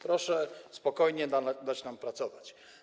Proszę spokojnie dać nam pracować.